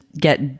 get